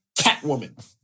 Catwoman